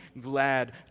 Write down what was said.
glad